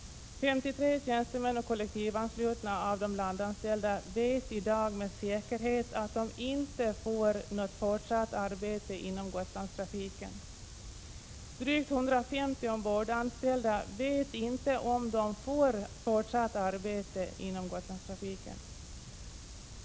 53 tjänstemän och kollektivanslutna av de landanställda vet i dag med säkerhet att de inte får något fortsatt arbete inom Gotlandstrafiken. Drygt 150 ombordanställda vet inte om de får fortsatt arbete inom Gotlandstrafiken.